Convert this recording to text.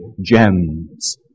gems